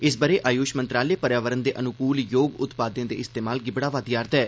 इस ब'रे आयूष मंत्रालय पर्यावरण दे अनुकूल योग उत्पादें दे इस्तेमाल गी बढ़ावा देआ'रदा ऐ